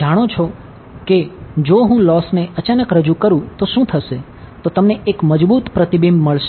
જાણો છો કે જો હું લોસ ને અચાનક રજૂ કરું તો શું થશે તો તમને એક મજબૂત પ્રતિબિંબ મળશે